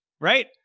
right